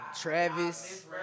Travis